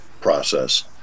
process